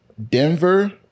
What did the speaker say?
Denver